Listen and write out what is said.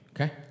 okay